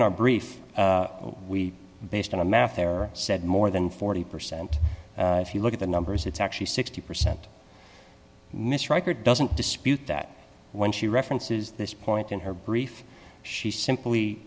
in our brief we based on a math error said more than forty percent if you look at the numbers it's actually sixty percent miss record doesn't dispute that when she references this point in her brief she simply